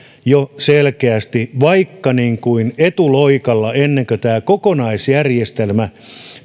ja selkeästi vaikka etuloikalla ennen kuin tämä kokonaisjärjestelmä